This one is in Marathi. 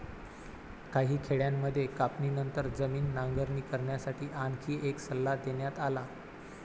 काही खेड्यांमध्ये कापणीनंतर जमीन नांगरणी करण्यासाठी आणखी एक सल्ला देण्यात आला